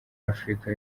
afurika